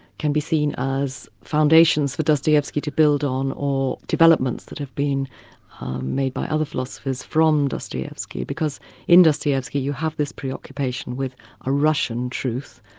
can be seen as foundations for dostoyevsky to build on or developments that have been made by other philosophers from dostoyevsky. because in dostoyevsky you have this preoccupation with a russian truth,